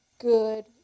good